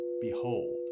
Behold